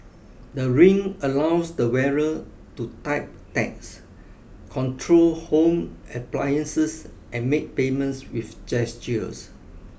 the ring allows the wearer to type texts control home appliances and make payments with gestures